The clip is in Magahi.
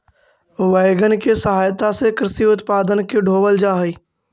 वैगन के सहायता से कृषि उत्पादन के ढोवल जा हई